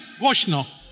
Głośno